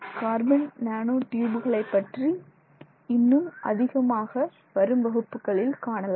carbon nano ட்யூபுகளை பற்றி இன்னும் அதிகமாக வரும் வகுப்புகளில் காணலாம்